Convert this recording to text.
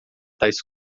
tais